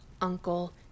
uncle